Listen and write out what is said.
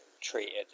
treated